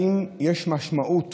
האם יש משמעות